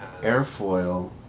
AirFoil